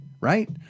right